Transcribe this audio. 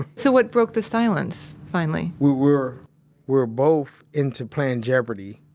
so what broke the silence finally? we were were both into playing jeopardy,